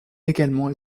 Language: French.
également